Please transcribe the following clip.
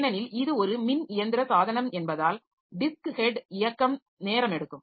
ஏனெனில் இது ஒரு மின் இயந்திர சாதனம் என்பதால் டிஸ்க் ஹெட் இயக்கம் நேரம் எடுக்கும்